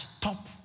top